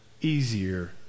easier